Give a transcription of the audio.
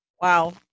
Wow